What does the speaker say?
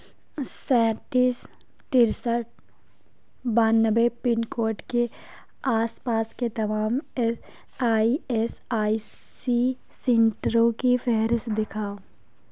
سینتیس ترسٹھ بانوے پن کوڈ کے آس پاس کے تمام آئی ایس آئی سی سنٹروں کی فہرست دکھاؤ